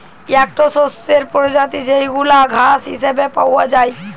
একটো শস্যের প্রজাতি যেইগুলা ঘাস হিসেবে পাওয়া যায়